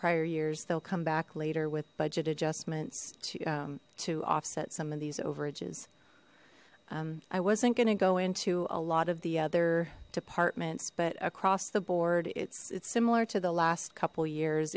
prior years they'll come back later with budget adjustments to offset some of these overages i wasn't going to go into a lot of the other departments but across the board it's it's similar to the last couple years